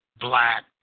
black